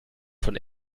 von